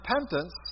repentance